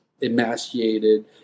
emaciated